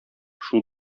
шул